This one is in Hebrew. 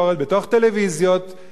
בשם הסאטירה כאילו?